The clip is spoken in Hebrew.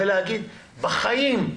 ולהגיד - בחיים,